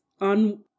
on